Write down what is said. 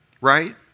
right